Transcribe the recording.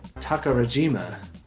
Takarajima